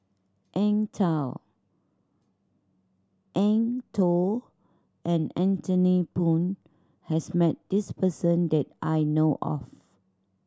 Eng Eng Tow and Anthony Poon has met this person that I know of